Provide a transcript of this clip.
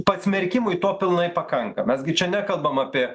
pasmerkimui to pilnai pakanka mes gi čia nekalbam apie